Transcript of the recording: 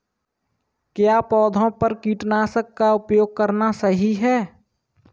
क्या पौधों पर कीटनाशक का उपयोग करना सही है?